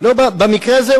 במקרה הזה,